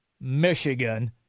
Michigan